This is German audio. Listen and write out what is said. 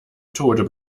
tode